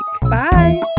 Bye